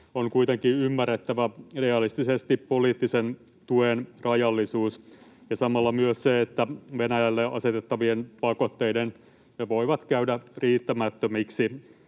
on kuitenkin ymmärrettävä realistisesti poliittisen tuen rajallisuus ja samalla myös se, että Venäjälle asetettavat pakotteet voivat käydä riittämättömiksi,